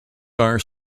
are